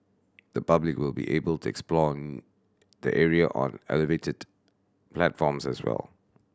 the public will be able to explore the area on elevated platforms as well